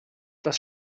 das